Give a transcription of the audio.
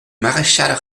maréchal